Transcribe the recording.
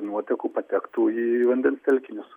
nuotekų patektų į vandens telkinius